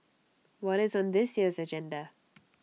what is on this year's agenda